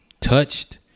touched